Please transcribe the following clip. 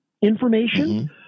information